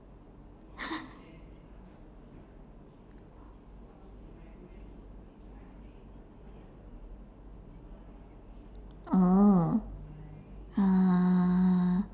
oh